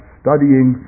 studying